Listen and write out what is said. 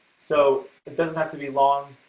so it doesn't have to be long,